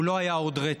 הוא לא היה עוד רצח.